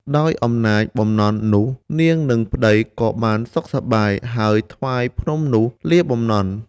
ដោយអំណាចបំណន់នោះ នាងនឹងប្តីក៏បានសុខសប្បាយ ហើយថ្វាយភ្នំនោះលាបំណន់ ។